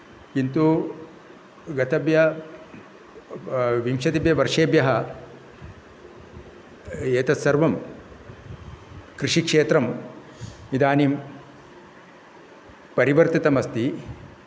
किन्तु गतेभ्यः विंशतिभ्यः वर्षेभ्यः एतत् सर्वं कृषिक्षेत्रम् इदानीं परिवर्तितम् अस्ति